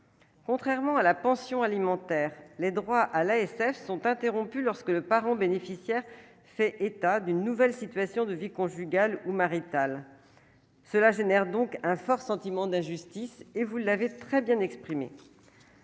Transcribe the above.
contrairement à la pension alimentaire, les droits à l'ASF sont interrompues lorsque le parent bénéficiaire fait état d'une nouvelle situation de vie conjugale ou marital cela génère donc un fort sentiment d'injustice et vous l'avez très bien exprimé